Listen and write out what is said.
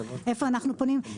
איפה אנחנו פונים.